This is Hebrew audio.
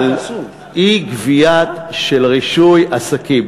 על אי-גבייה של רישוי עסקים.